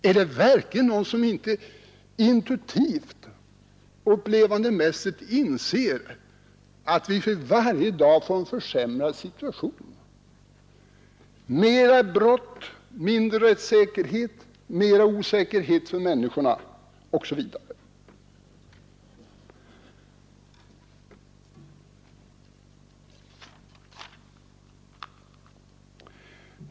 Är det verkligen någon som inte intuitivt och upplevandemässigt inser att vi för varje dag får en försämrad situation, med flera brott, sämre säkerhet, större osäkerhet för människorna?